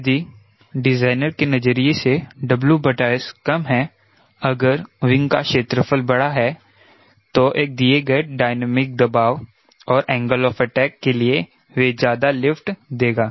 यदि डिज़ाइनर के नजरिए से WS कम है अगर विंग का क्षेत्रफल बड़ा है तो एक दिए गए डायनामिक दबाव और एंगल ऑफ अटैक के लिए वह ज्यादा लिफ्ट देगा